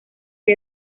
que